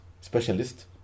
specialist